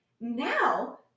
Now